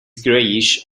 grayish